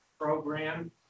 program